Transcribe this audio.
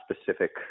specific